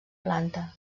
planta